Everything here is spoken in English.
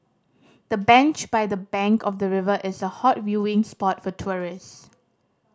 the bench by the bank of the river is a hot viewing spot for tourists